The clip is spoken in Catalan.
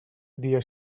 dia